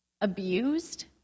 abused